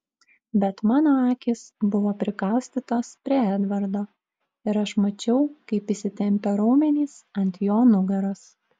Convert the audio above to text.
bet mano akys buvo prikaustytos prie edvardo ir aš mačiau kaip įsitempę raumenys ant jo nugaros